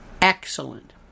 Excellent